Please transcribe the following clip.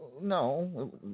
No